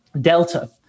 delta